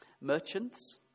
Merchants